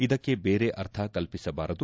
ಇದಕ್ಕೆ ಬೇರೆ ಅರ್ಥ ಕಲ್ಪಿಸಬಾರದು